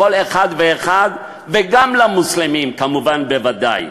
לכל אחד ואחד וגם למוסלמים כמובן, בוודאי,